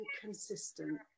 consistent